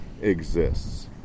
exists